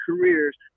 careers